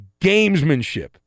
gamesmanship